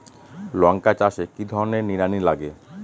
লঙ্কা চাষে কি ধরনের নিড়ানি লাগে?